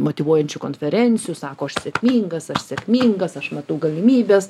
motyvuojančių konferencijų sako aš sėkmingas aš sėkmingas aš matau galimybes